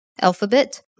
Alphabet